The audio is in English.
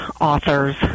authors